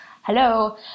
hello